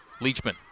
Leachman